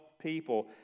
people